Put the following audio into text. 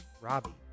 Robbie